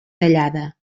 tallada